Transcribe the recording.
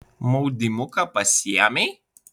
maudymuką pasiėmei